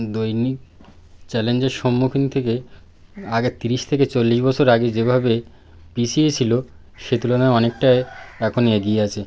দৈনিক চ্যালেঞ্জের সম্মুখীন থেকে আগে তিরিশ থেকে চল্লিশ বছর আগে যেভাবে পিছিয়েছিল সে তুলনায় অনেকটাই এখন এগিয়ে আছে